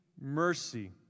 mercy